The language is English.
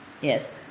Yes